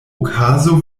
okazo